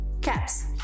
caps